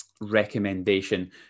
recommendation